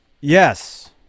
Yes